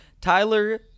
Tyler